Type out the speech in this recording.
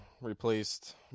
Replaced